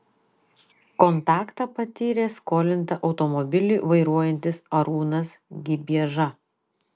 kontaktą patyrė skolinta automobilį vairuojantis arūnas gibieža